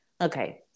okay